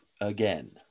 again